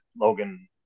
Logan